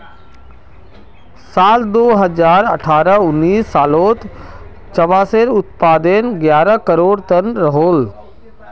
साल दो हज़ार अठारह उन्नीस सालोत चावालेर उत्पादन ग्यारह करोड़ तन रोहोल